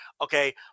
Okay